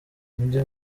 mujye